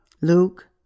Luke